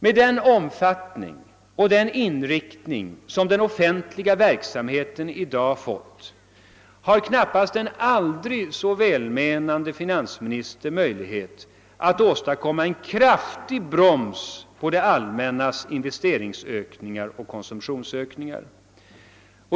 Med den inriktning och den omfattning, som den offentliga verksamheten i dag fått, har knappast en aldrig så välmenande finansminister möjlighet att åstadkomma en kraftig bromsning av det allmännas investeringsoch konsumtionsökningar.